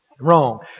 Wrong